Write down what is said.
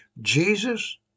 Jesus